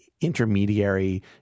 intermediary